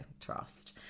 Trust